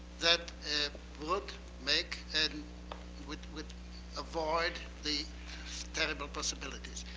that would make and would would avoid the terrible possibilities.